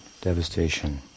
devastation